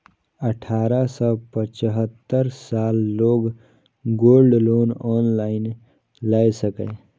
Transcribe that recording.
अठारह सं पचहत्तर सालक लोग गोल्ड लोन ऑनलाइन लए सकैए